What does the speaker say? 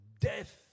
death